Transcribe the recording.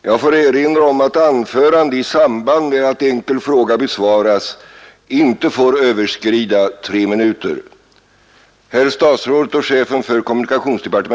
Jag får erinra om att anförande i samband med att enkel fråga besvaras inte får överskrida tre minuter.